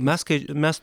mes kai mes